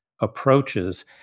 approaches